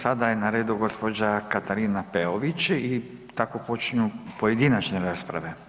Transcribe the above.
Sada je na redu gđa. Katarina Peović i tako počinju pojedinačne rasprave.